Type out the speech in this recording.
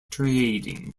trading